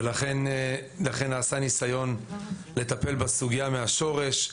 לכן נעשה ניסיון לטפל בסוגיה מהשורש,